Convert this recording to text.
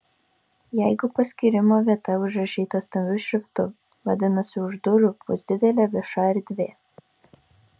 jeigu paskyrimo vieta užrašyta stambiu šriftu vadinasi už durų bus didelė vieša erdvė